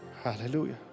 Hallelujah